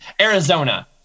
Arizona